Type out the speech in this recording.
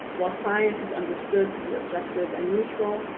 while science is understood to be objective and neutral,